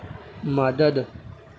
مدد